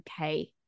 Okay